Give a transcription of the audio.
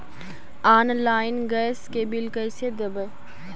Online gas के bill कैसे देबै?